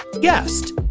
guest